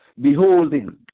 beholding